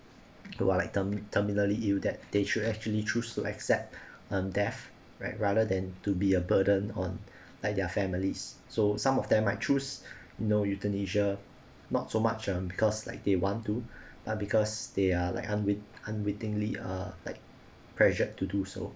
who are like term~ terminally ill that they should actually choose to accept um death right rather than to be a burden on like their families so some of them might choose you know euthanasia not so much um because like they want to but because they are like unwitt~ unwittingly uh like pressured to do so